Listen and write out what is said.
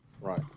Right